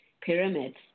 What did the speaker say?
pyramids